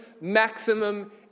maximum